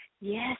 Yes